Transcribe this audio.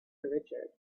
richard